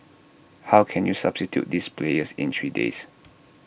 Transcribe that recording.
how can you substitute those players in three days